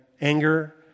anger